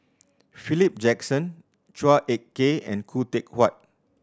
Philip Jackson Chua Ek Kay and Khoo Teck Puat